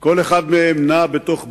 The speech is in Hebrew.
כל אחד מהם נע בתוך בועה,